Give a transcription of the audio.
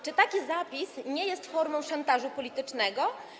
Czy taki zapis nie jest formą szantażu politycznego?